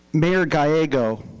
mayor gallego